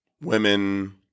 women